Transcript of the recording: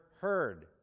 heard